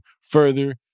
further